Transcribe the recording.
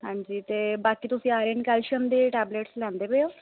ਹਾਂਜੀ ਅਤੇ ਬਾਕੀ ਤੁਸੀਂ ਆਇਰਨ ਕੈਲਸ਼ੀਅਮ ਦੇ ਟੈਬਲਟਸ ਲੈਂਦੇ ਪਏ ਹੋ